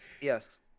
Yes